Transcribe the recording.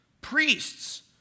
priests